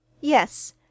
Yes